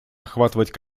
охватывать